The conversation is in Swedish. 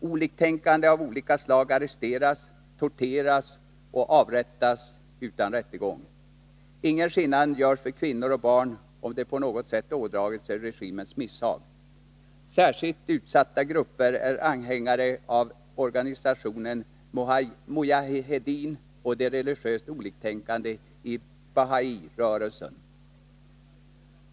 Oliktänkande av olika slag arresteras, torteras och avrättas utan rättegång. Ingen skillnad görs för kvinnor och barn, om de på något sätt ådragit sig regimens misshag. Särskilt utsatta grupper är anhängare till organisationen Mojahedin och de religiöst oliktänkande i Bahairörelsen.